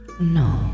no